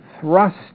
thrust